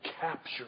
capture